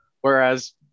Whereas